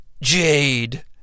Jade